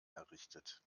errichtet